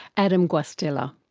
adam guastella.